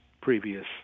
previous